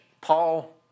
Paul